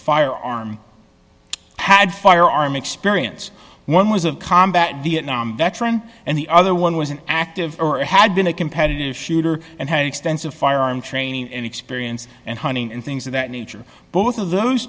firearm had firearm experience one was of combat vietnam veteran and the other one was an active or it had been a competitive shooter and had extensive firearm training and experience and hunting and things of that nature both of those